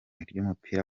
ry’umupira